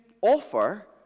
offer